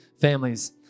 families